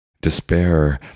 despair